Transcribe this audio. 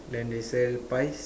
then they sell pies